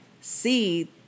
see